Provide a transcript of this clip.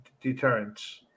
deterrence